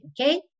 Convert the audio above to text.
okay